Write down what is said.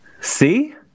See